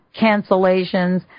cancellations